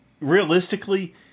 realistically